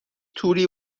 توری